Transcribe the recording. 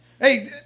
Hey